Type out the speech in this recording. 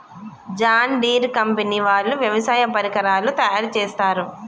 John Deere company వాళ్ళు వ్యవసాయ పరికరాలు తయారుచేస్తారు